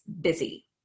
busy